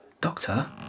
Doctor